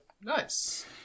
Nice